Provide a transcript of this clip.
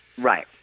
Right